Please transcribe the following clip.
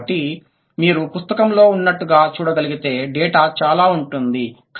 కాబట్టి మీరు పుస్తకంలో ఉన్నట్లుగా చూడగలిగే డేటా చాలా ఉంటుంది